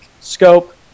Scope